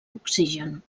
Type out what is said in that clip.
oxigen